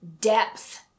depth